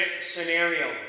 scenario